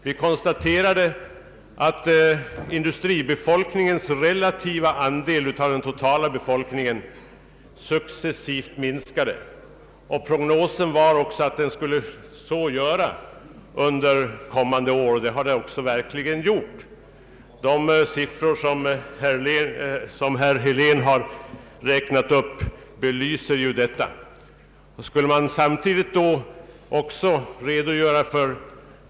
Vi konstaterade att de industrianställdas relativa andel av den totala befolkningen successivt minskade och att prognoserna visade på samma tendens under kommande år — och de har ju också besannats. De siffror som herr Helén i sitt anförande angav belyser ju detta.